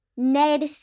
Ned